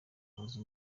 azabaze